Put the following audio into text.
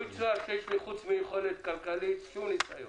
יצויר שפרט ליכולת כלכלית אין לי שום ניסיון?